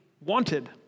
wanted